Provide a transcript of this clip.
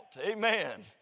amen